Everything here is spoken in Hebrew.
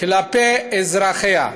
כלפי אזרחיה.